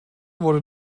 wurde